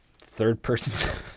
third-person